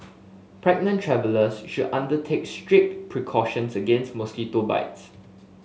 pregnant travellers should undertake strict precautions against mosquito bites